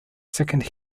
second